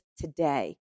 today